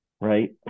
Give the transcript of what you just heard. right